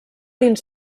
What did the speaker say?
dins